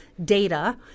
data